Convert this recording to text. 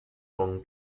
con